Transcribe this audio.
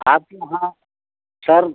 आपके वहाँ सर